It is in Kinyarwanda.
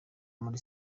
muri